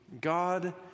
God